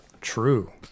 True